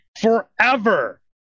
forever